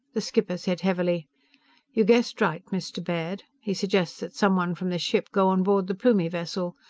the skipper said heavily you guessed right, mr. baird. he suggests that someone from this ship go on board the plumie vessel.